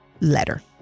letter